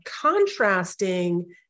contrasting